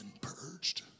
purged